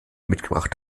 mitgebracht